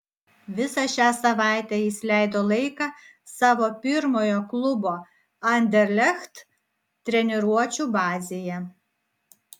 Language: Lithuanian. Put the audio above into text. visą šią savaitę jis leido laiką savo pirmojo klubo anderlecht treniruočių bazėje